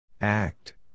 Act